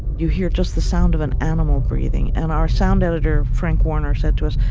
you hear just the sound of an animal breathing. and our sound editor, frank warner, said to us,